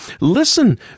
Listen